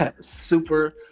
super